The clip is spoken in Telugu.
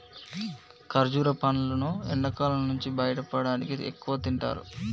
ఖర్జుర పండ్లును ఎండకాలం నుంచి బయటపడటానికి ఎక్కువగా తింటారు